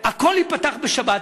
שהכול ייפתח בשבת,